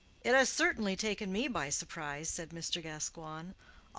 it has certainly taken me by surprise, said mr. gascoigne,